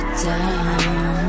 down